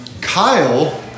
Kyle